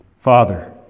Father